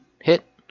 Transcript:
hit